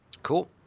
Cool